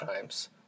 times